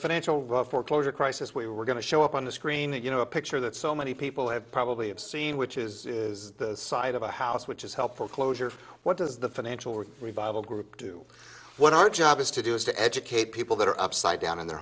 financial for closure crisis we were going to show up on the screen that you know a picture that so many people have probably have seen which is the sight of a house which is helpful closure what does the financial work revival group do what our job is to do is to educate people that are upside down in their